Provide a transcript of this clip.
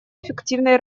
эффективной